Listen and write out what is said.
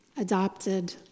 Adopted